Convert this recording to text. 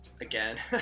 again